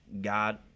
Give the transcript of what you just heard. God